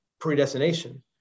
predestination